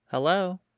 Hello